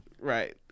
Right